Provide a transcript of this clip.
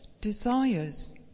desires